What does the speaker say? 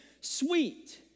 sweet